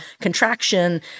contraction